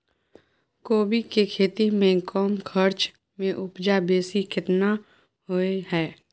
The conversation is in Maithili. कोबी के खेती में कम खर्च में उपजा बेसी केना होय है?